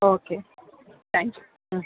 okay thanks ம்